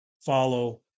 follow